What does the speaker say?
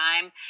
time